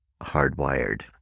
hardwired